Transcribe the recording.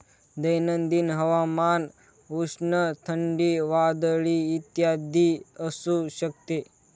दैनंदिन हवामान उष्ण, थंडी, वादळी इत्यादी असू शकते